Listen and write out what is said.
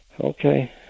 Okay